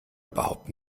überhaupt